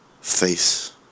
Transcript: face